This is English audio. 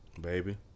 Baby